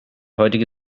heutige